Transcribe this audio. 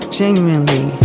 genuinely